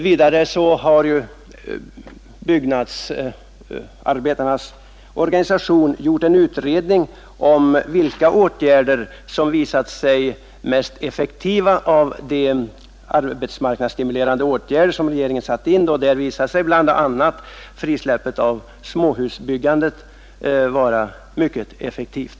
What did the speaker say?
Vidare har Byggnadsarbetareförbundet gjort en utredning om vilka av de arbetsmarknadsstimulerande åtgärder som riksdagen har satt in som visat sig mest effektiva. Av den framgick bl.a. att frisläppandet av småhusbyggandet varit mycket effektivt.